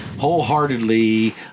wholeheartedly